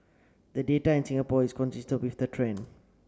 the data in Singapore is consist with that trend